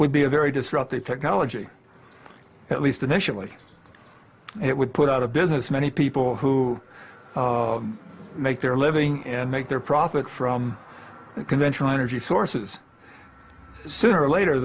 would be a very disruptive technology at least initially it would put out of business many people who make their living and make their profit from conventional energy sources sooner or later